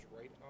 right